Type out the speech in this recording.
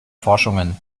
forschungen